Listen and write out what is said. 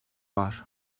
var